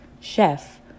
Chef